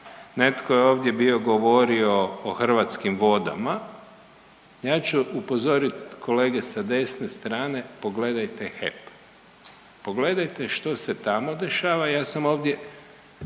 Netko je ovdje bio govorio o Hrvatskim vodama, ja ću upozoriti kolege sa desne strane pogledajte HEP. Pogledajte što se tamo dešava, ja sam ovdje